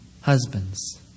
husbands